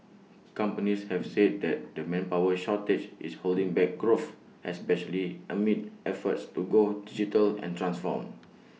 companies have said that the manpower shortage is holding back growth especially amid efforts to go digital and transform